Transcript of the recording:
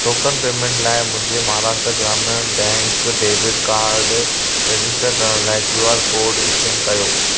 token payment लाइ मुंहिंजे Maharashtra Gramin bank debit card register करण लाइ क्यू आर कोड स्कैन कयो